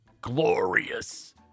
glorious